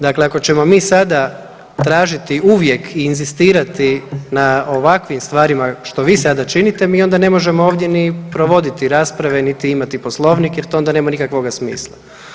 Dakle, ako ćemo mi sada tražiti uvijek i inzistirati na ovakvim stvarima što vi sada činite, mi onda ne možemo ovdje ni provoditi rasprave, niti imati Poslovnik jer to nema nikakvoga smisla.